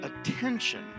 attention